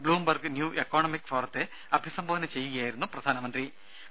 Bloomberg new economic ഫോറത്തെ അഭിസംബോധന ചെയ്യുകയായിരുന്നു നരേന്ദ്രമോദി